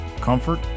comfort